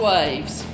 Waves